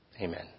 Amen